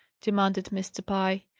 demanded mr. pye.